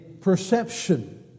perception